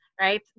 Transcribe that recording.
right